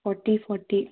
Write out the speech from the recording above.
forty forty